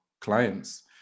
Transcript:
clients